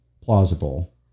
plausible